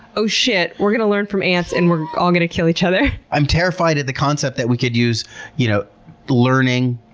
oh shit, we're gonna learn from ants and we're all going to kill each other? i'm terrified of the concept that we could use you know learning,